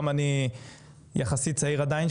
גם אני יחסית צעיר עדיין,